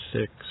six